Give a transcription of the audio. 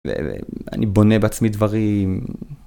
אני בונה בעצמי דברים.